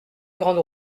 grande